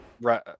Right